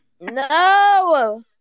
No